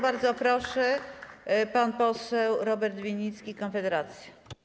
Bardzo proszę, pan poseł Robert Winnicki, Konfederacja.